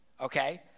okay